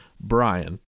Brian